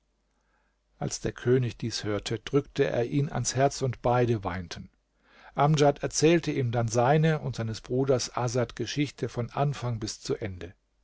als der könig dies hörte drückte er ihn ans herz und beide weinten amdjad erzählte ihm dann seine und seines bruders asad geschichte von anfang bis zu ende